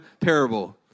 parable